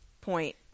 point